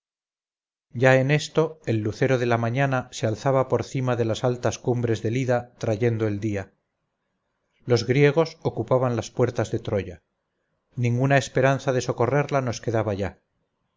ya en esto el lucero de la mañana se alzaba por cima de las altas cumbres del ida trayendo el día los griegos ocupaban las puertas de troya ninguna esperanza de socorrerla nos quedaba ya